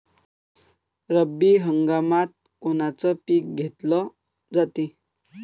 रब्बी हंगामात कोनचं पिक घेतलं जाते?